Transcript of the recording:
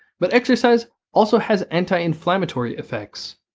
but exercise also has anti-inflammatory effects.